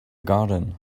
garden